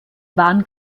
waren